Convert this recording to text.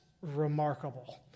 remarkable